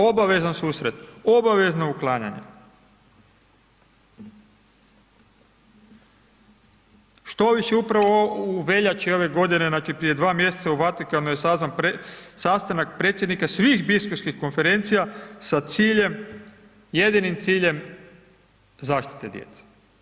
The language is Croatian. Obavezan susret obavezno uklanjanje, štoviše upravo u veljači ove godine znači prije 2 mjeseca znači u Vatikanu je sazvan sastanak predsjednika svih biskupskih konferencija sa ciljem, jedinim ciljem zaštite djece.